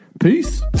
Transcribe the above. Peace